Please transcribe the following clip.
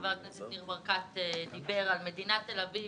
שחבר הכנסת ניר ברקת דיבר, על מדינת תל אביב